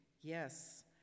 Yes